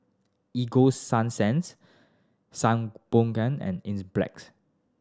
Ego Sunsense Sangobion and Enzyplex